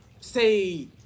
say